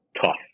tough